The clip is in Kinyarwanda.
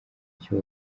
icyo